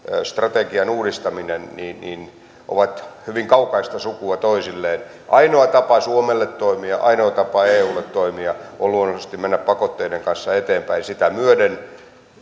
strategian uudistaminen ovat hyvin kaukaista sukua toisilleen ainoa tapa suomelle toimia ja ainoa tapa eulle toimia on luonnollisesti mennä pakotteiden kanssa eteenpäin ja sitä myöten